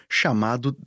chamado